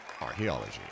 archaeology